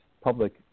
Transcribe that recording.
public